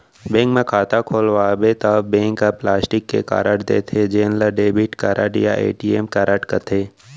bank म खाता खोलवाबे त बैंक ह प्लास्टिक के कारड देथे जेन ल डेबिट कारड या ए.टी.एम कारड कथें